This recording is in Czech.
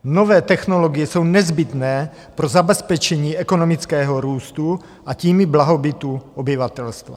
Nové technologie jsou nezbytné pro zabezpečení ekonomického růstu, a tím i blahobytu obyvatelstva.